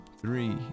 three